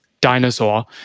dinosaur